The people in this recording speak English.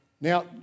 now